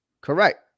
Correct